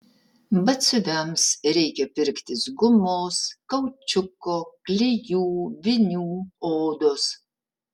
batsiuviams reikia pirktis gumos kaučiuko klijų vinių odos